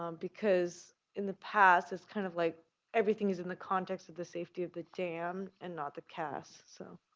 um because in the past, it's kind of like everything's in the context of the safety of the dam and not the cast. so